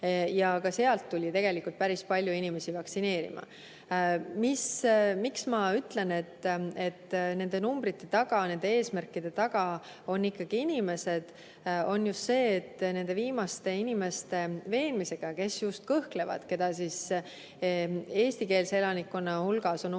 ja ka nii tuli tegelikult päris palju inimesi vaktsineerima. Miks ma ütlen, et nende numbrite taga, nende eesmärkide taga on inimesed? Just seepärast, et nende viimaste inimeste veenmisega, kes kõhklevad ja keda eestikeelse elanikkonna hulgas on umbes